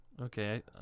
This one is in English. Okay